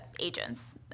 agents